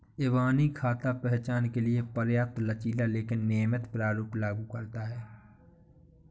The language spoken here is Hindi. इबानी खाता पहचान के लिए पर्याप्त लचीला लेकिन नियमित प्रारूप लागू करता है